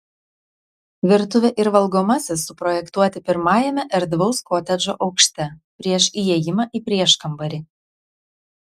virtuvė ir valgomasis suprojektuoti pirmajame erdvaus kotedžo aukšte prieš įėjimą ir prieškambarį